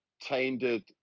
tainted